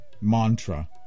Mantra